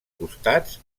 costats